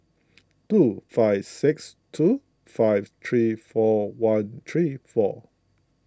two five six two five three four one three four